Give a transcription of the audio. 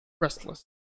restless